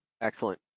Excellent